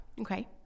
Okay